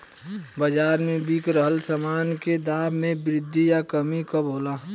बाज़ार में बिक रहल सामान के दाम में वृद्धि या कमी कब होला?